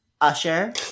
Usher